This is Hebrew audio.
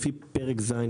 לפי פרק ז',